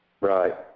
Right